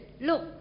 look